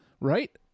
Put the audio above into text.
Right